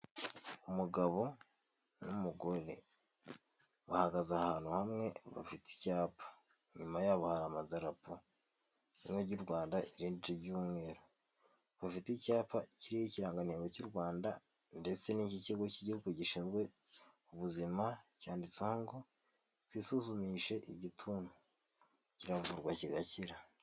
Umugabo n'umugore bahagaze ahantu hamwe bafite icyapa, inyuma yabo hari amadarapo rimwe ry'u Rwanda irindi ry'umweru. Bafite icyapa kiriho ikiranganro cy'u Rwanda ndetse n'iki kigo cy'igihugu gishinzwe ubuzima cyanditseho ngo twisuzumishe igituntu, kiravurwa kigakira.